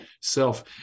self